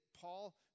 Paul